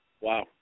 Wow